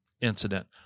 Incident